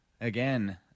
again